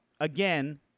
again